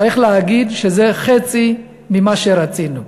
צריך להגיד שזה חצי ממה שרצינו,